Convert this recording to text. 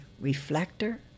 Reflector